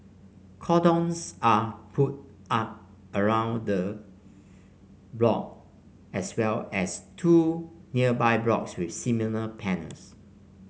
cordons are put up around the block as well as two nearby blocks with similar panels